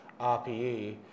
RPE